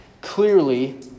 clearly